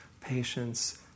patience